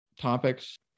topics